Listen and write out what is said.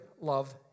Love